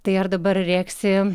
tai ar dabar rėksi